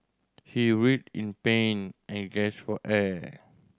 he writhed in pain and gasped for air